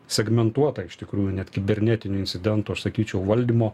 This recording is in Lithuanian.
segmentuotą iš tikrųjų net kibernetinių incidentų aš sakyčiau valdymo